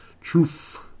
Truth